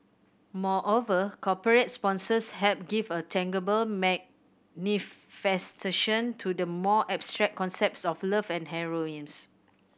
moreover corporate sponsors help give a tangible manifestation to the more abstract concepts of love and